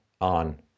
on